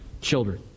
children